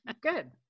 good